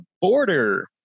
border